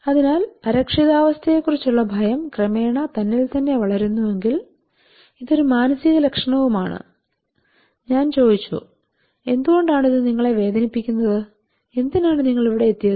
അതിനാൽ അരക്ഷിതാവസ്ഥയെക്കുറിച്ചുള്ള ഭയം ക്രമേണ തന്നിൽത്തന്നെ വളരുന്നുവെങ്കിൽ ഇത് ഒരു മാനസിക ലക്ഷണവുമാണ് ഞാൻ ചോദിച്ചു എന്തുകൊണ്ടാണ് ഇത് നിങ്ങളെ വേദനിപ്പിക്കുന്നത് എന്തിനാണ് നിങ്ങൾ ഇവിടെയെത്തിയത്